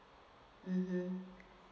mmhmm